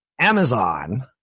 Amazon